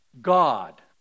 God